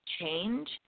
change